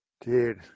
Dude